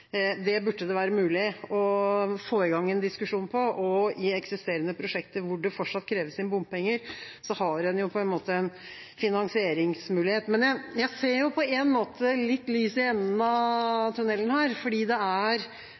det for så vidt være mulig å få i gang en diskusjon om en ny praksis ved å inkorporere nødvendig utstyr til beredskap og redningsarbeid i kostnadene ved et prosjekt. I eksisterende prosjekter hvor det fortsatt kreves inn bompenger, har en på en måte en finansieringsmulighet. Men jeg ser litt lys i enden av tunnelen, fordi det er